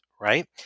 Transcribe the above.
right